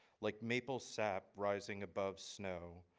like maple sap rising above snow,